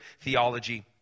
theology